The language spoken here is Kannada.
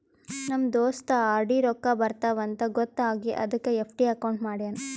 ನಮ್ ದೋಸ್ತ ಆರ್.ಡಿ ರೊಕ್ಕಾ ಬರ್ತಾವ ಅಂತ್ ಗೊತ್ತ ಆಗಿ ಅದಕ್ ಎಫ್.ಡಿ ಅಕೌಂಟ್ ಮಾಡ್ಯಾನ್